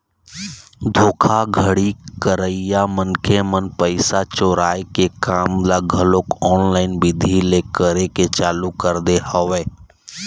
धोखाघड़ी करइया मनखे मन पइसा चोराय के काम ल घलोक ऑनलाईन बिधि ले करे के चालू कर दे हवय